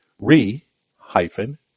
re-hyphen